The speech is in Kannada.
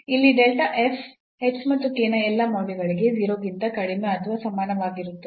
ಇಲ್ಲಿ ಮತ್ತು ನ ಎಲ್ಲಾ ಮೌಲ್ಯಗಳಿಗೆ 0 ಗಿಂತ ಕಡಿಮೆ ಅಥವಾ ಸಮಾನವಾಗಿರುತ್ತದೆ